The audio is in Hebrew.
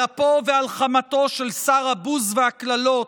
על אפו ועל חמתו של שר הבוז והקללות,